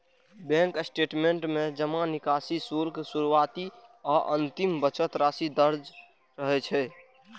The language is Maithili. बैंक स्टेटमेंट में जमा, निकासी, शुल्क, शुरुआती आ अंतिम बचत राशि दर्ज रहै छै